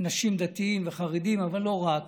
אנשים דתיים וחרדים, אבל לא רק,